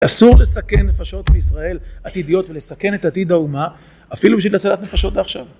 אסור לסכן נפשות מישראל עתידיות ולסכן את עתיד האומה, אפילו בשביל הצלת נפשות העכשיו.